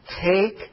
take